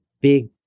big